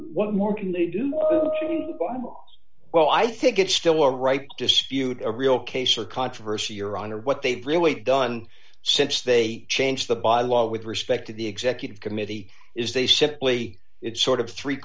what more can they do well i think it's still a right dispute a real case or controversy your honor what they've really done since they changed the by law with respect to the executive committee is they simply it's sort of three